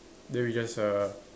then we just uh